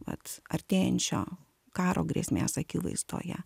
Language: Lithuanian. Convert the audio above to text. vat artėjančio karo grėsmės akivaizdoje